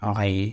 Okay